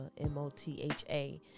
M-O-T-H-A